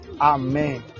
amen